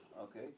okay